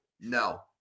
No